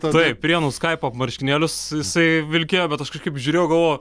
taip prienų skaipo marškinėlius jisai vilkėjo bet aš kažkaip žiūrėjau galvojau